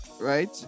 right